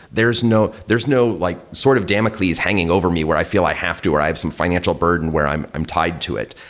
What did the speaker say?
there's no there's no like sort of damocles hanging over me where i feel i have to or i have some financial burden where i'm i'm tied to it.